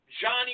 Johnny